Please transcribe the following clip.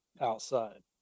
outside